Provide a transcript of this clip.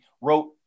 wrote